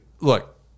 look